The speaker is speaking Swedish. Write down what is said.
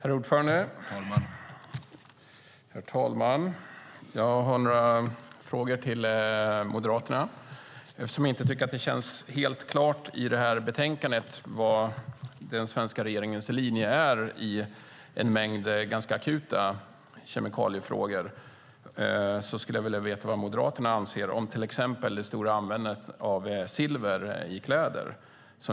Herr talman! Jag har några frågor till Moderaterna. Eftersom jag tycker att det i det här betänkandet inte känns helt klart vad den svenska regeringens linje är i en mängd ganska akuta kemikaliefrågor skulle jag vilja veta vad Moderaterna anser om till exempel det stora användandet av silver i kläder.